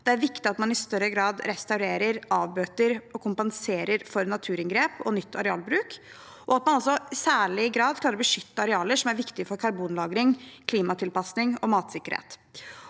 Det er viktig at man i større grad restaurerer, avbøter og kompenserer for naturinngrep og ny arealbruk, og at man i særlig grad klarer å beskytte arealer som er viktige for karbonlagring, klimatilpasning og matsikkerhet.